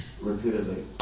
repeatedly